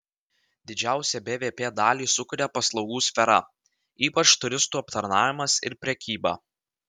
didžiausią bvp dalį sukuria paslaugų sfera ypač turistų aptarnavimas ir prekyba